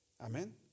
Amen